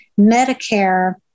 Medicare